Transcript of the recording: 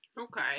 Okay